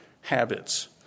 habits